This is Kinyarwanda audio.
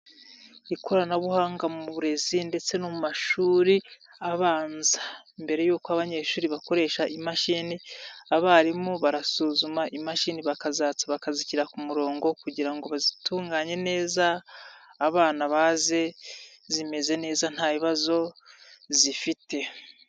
Ikoranabuhanga mu burezi ndetse no mu mashuri abanza, mbere y'uko abanyeshuri bakoresha imashini abarimu barasuzuma imashini bakazatsa bakazishyira ku murongo kugira ngo bazitunganye neza abana baze zimeze neza nta bibazo zifite.